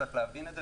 צריך להבין את זה,